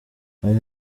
hari